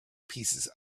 pieces